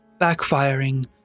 backfiring